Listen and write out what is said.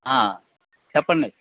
చెప్పండి